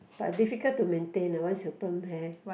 but difficult to maintain uh once you perm hair